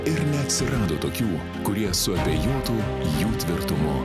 ir neatsirado tokių kurie suabejotų jų tvirtumu